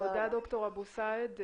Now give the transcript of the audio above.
תודה, ד"ר אבו סעד.